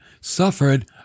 suffered